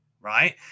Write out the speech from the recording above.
right